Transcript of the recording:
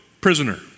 prisoner